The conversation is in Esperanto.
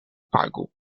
pagu